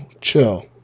chill